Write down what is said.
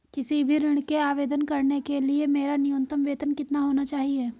किसी भी ऋण के आवेदन करने के लिए मेरा न्यूनतम वेतन कितना होना चाहिए?